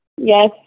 Yes